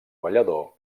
ballador